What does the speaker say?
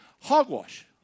Hogwash